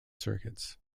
circuits